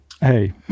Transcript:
Hey